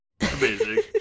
Amazing